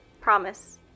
Promise